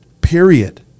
Period